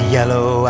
yellow